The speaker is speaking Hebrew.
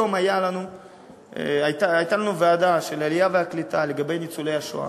היום הייתה לנו ישיבה של ועדת העלייה והקליטה לגבי ניצולי השואה.